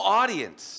audience